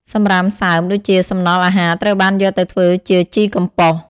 សំរាមសើមដូចជាសំណល់អាហារត្រូវបានយកទៅធ្វើជាជីកំប៉ុស។